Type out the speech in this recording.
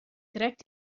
krekt